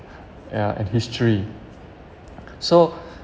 ya and history so